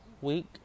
week